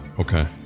Okay